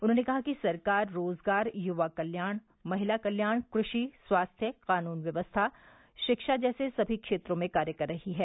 उन्होंने कहा कि सरकार रोजगार युवा कल्याण महिला कल्याण कृषि स्वास्थ्य कानून व्यवस्था शिक्षा जैसे समी क्षेत्रों में कार्य कर रही है